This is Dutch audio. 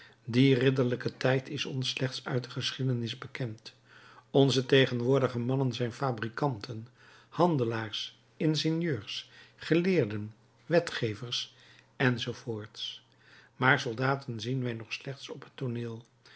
die ridderlijke tijd is ons slechts uit de geschiedenis bekend onze tegenwoordige mannen zijn fabrikanten handelaars ingenieurs geleerden wetgevers enz maar soldaten zien wij nog slechts op het tooneel